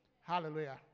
Hallelujah